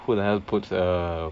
who the hell puts a